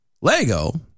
Lego